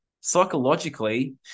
Psychologically